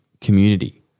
community